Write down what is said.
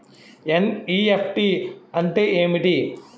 NEFT అంటే ఏమిటి?